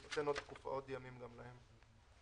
עוד ימים גם להם.